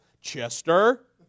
Chester